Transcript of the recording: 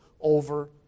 over